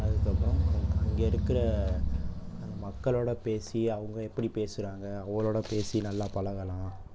அதுக்கப்புறம் அங்கே இருக்கிற அந்த மக்களோட பேசி அவங்க எப்படி பேசுகிறாங்க அவங்களோட பேசி நல்லா பழகலாம்